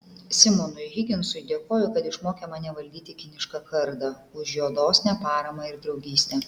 simonui higginsui dėkoju kad išmokė mane valdyti kinišką kardą už jo dosnią paramą ir draugystę